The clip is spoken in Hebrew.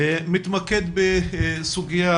מתמקד בסוגיה,